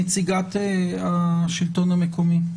נציגת השלטון המקומי.